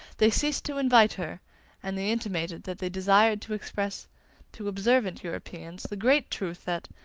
they ceased to invite her and they intimated that they desired to express to observant europeans the great truth that,